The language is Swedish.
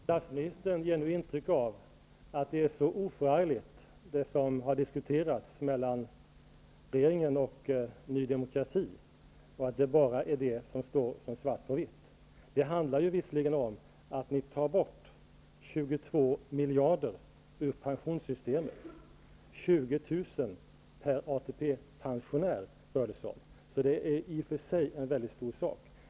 Fru talman! Statsministern ger intryck av att det som har diskuterats mellan regeringen och Ny demokrati är så oförargligt. Det är bara detta som står svart på vitt. Det handlar visserligen om att ta bort 22 miljarder ur pensionssystemet, 20 000 kr. per ATP-pensionär. Det är i och för sig en väldigt stor sak.